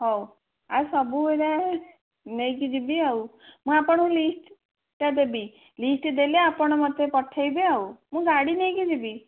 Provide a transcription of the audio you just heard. ହଉ ଆଉ ସବୁଗୁଡ଼ା ନେଇକି ଯିବି ଆଉ ମୁଁ ଆପଣଙ୍କୁ ଲିଷ୍ଟଟା ଦେବି ଲିଷ୍ଟ ଦେଲେ ଆପଣ ମୋତେ ପଠାଇବେ ଆଉ ମୁଁ ଗାଡ଼ି ନେଇକି ଯିବି